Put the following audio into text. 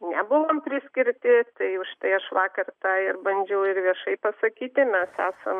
nebuvom priskirti tai užtai aš vakar tą ir bandžiau ir viešai pasakyti mes esam